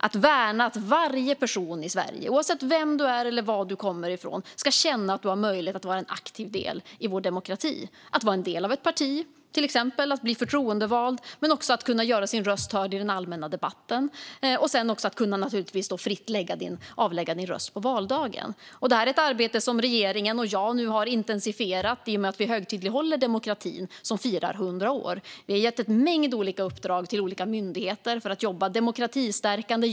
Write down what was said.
Vi ska värna att varje person i Sverige, oavsett vem man är och var man kommer från, ska känna att man har möjlighet att vara en aktiv del i vår demokrati, till exempel genom att kunna vara en del av ett parti och bli förtroendevald, men också genom att kunna göra sin röst hörd i den allmänna debatten och sedan naturligtvis också fritt kunna avlägga sin röst på valdagen. Det här är ett arbete som regeringen och jag nu har intensifierat i och med att vi högtidlighåller att demokratin firar 100 år. Vi har gett en mängd olika uppdrag till olika myndigheter för att just jobba demokratistärkande.